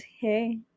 hey